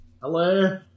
Hello